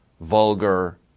vulgar